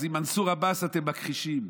אז עם מנסור עבאס אתם מכחישים.